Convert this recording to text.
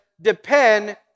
Depend